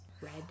red